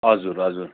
हजुर हजुर